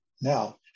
Now